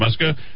Muska